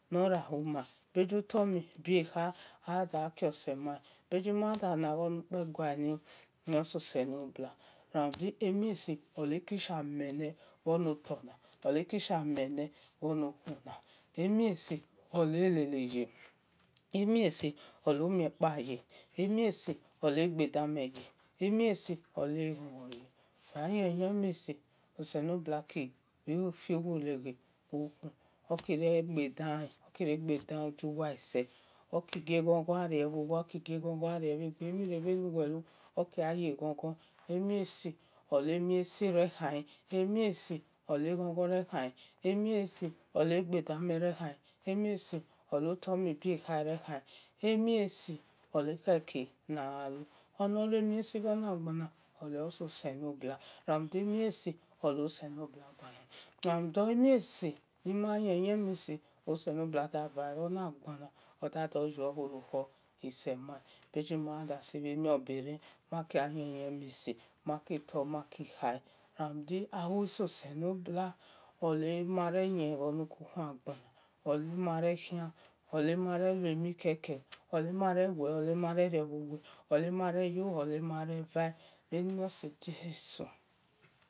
Norriahuman bhegiutormhe bie kha ada gha khiose mhan bhegienadalabhu nukpe guan ososelobua mhonotona olerasha mhwle mhornokuona rumudu emiesi neleye emiesi olurekpaye emiesi ole gbedami ye emiesi oleghonghon ye oselobua ki ru fegjagje gjo khu oki okigie ghon ghon gjarie bhu wa oki gie ghon gho gjare bhegbe eba weki relu okigjale ghon ghon emiesi olemhiesi rekance imhiesi ole gjon ghon reghane emiesi olegbe damhen rekhanle onoluemiesi bhonagbona ososelobua ran demhiesi oloselobu gualor rumuda emhiesi mayyenmhiwsi oselobiq davale ona gbona do yu bho yu bho luko nosemhan bhebi mada sible mbere ramude ahie ososelobua olimarhey otmhotonagbona ahuoselobu olimare yo olimare va otimaye wel olimaya mo bho bhe bhe ni nosi jesu